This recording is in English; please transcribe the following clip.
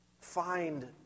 find